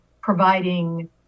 providing